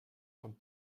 von